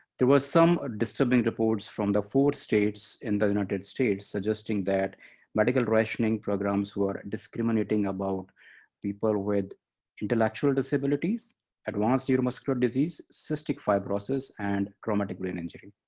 there was some ah disturbing reports from the four states in the united states suggesting that medical rationing programs were discriminating about people with intellectual disabilities advanced neuromuscular disease, cystic fibrosis, and traumatic brain injury.